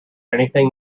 anything